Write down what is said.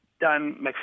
Dan